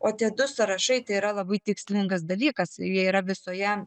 o tie du sąrašai tai yra labai tikslingas dalykas jie yra visoje